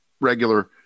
regular